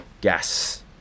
gas